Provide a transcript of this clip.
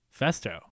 Festo